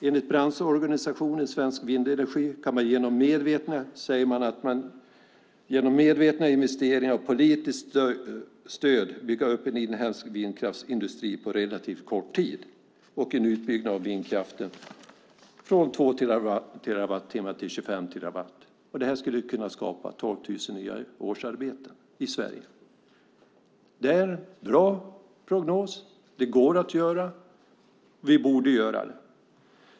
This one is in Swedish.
Enligt branschorganisationen Svensk Vindenergi kan man genom medvetna investeringar och politiskt stöd på relativt kort tid bygga upp en inhemsk vindkraftsindustri och en utbyggnad av vindkraften från 2 terawattimmar till 25 terawattimmar. Det skulle kunna skapa 12 000 nya årsarbeten i Sverige. Det är en bra prognos. Det går att göra. Vi borde göra det.